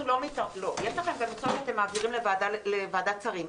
יש לכם גם מכסות אתם מעבירים לוועדת שרים.